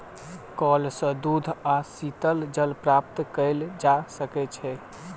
कअल सॅ शुद्ध आ शीतल जल प्राप्त कएल जा सकै छै